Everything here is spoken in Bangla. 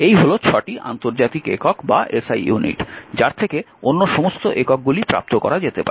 এই হল 6 টি আন্তর্জাতিক একক বা SI ইউনিট যার থেকে অন্য সমস্ত এককগুলি প্রাপ্ত করা যেতে পারে